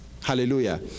hallelujah